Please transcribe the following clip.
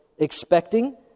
Expecting